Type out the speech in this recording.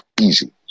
easy